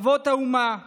אבות האומה אברהם,